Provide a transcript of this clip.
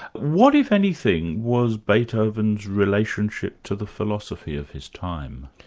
what, if anything, was beethoven's relationship to the philosophy of his time?